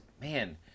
man